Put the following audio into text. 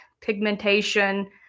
pigmentation